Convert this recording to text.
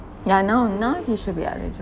ya now now he should be eligible